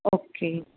okay